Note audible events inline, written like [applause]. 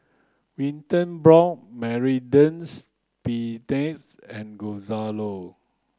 Wilton brought [unintelligible] and Gonzalo